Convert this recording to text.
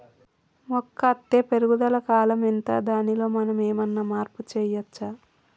మొక్క అత్తే పెరుగుదల కాలం ఎంత దానిలో మనం ఏమన్నా మార్పు చేయచ్చా?